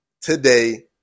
today